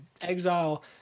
exile